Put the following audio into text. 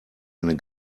eine